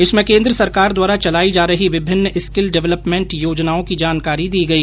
इसमें केन्द्र सरकार द्वारा चलाई जा रही विभिन्न स्कील डवलपमेंट योजनाओं की जानकारी दी गई